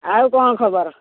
ଆଉ କ'ଣ ଖବର